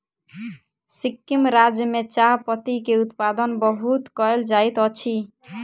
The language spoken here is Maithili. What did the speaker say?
सिक्किम राज्य में चाह पत्ती के उत्पादन बहुत कयल जाइत अछि